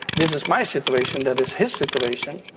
this is my situation, that is his situation.